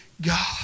God